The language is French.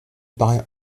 paraît